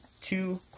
two